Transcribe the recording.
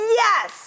yes